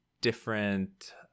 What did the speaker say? different